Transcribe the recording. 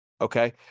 Okay